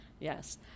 Yes